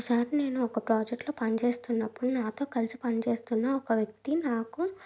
ఒకసారి నేను ఒక ప్రాజెక్టులో పని చేస్తున్నప్పుడు నాతో కలిసి పనిచేస్తున్న ఒక వ్యక్తి నాకు